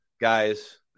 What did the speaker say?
guys